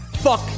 fuck